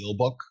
Dealbook